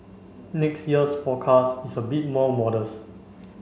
next year's forecast is a bit more modest